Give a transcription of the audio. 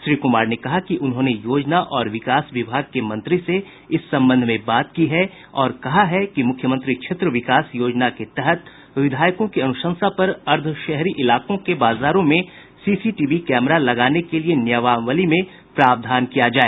श्री कुमार ने कहा कि उन्होंने योजना और विकास विभाग के मंत्री से इस संबंध में बात की है और कहा है कि मुख्यमंत्री क्षेत्र विकास योजना के तहत विधायकों की अनुशंसा पर अर्द्ध शहरी इलाकों के बाजारों में सीसीटीवी कैमरा लगाने के लिए नियमावली में प्रावधान किया जाए